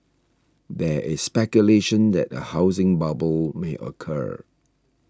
there is speculation that a housing bubble may occur